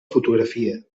fotografia